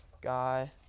guy